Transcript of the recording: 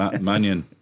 Mannion